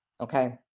Okay